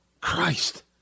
Christ